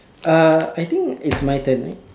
uh I think it's mine turn right